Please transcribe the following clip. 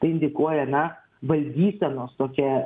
tai indikuoja na valdysenos tokia